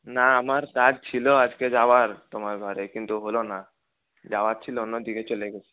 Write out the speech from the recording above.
না আমার কাজ ছিল আজকে যাওয়ার তোমার ঘরে কিন্তু হল না যাওয়ার ছিল অন্যদিকে চলে গেছি